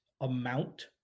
amount